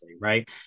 Right